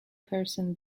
person